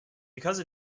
because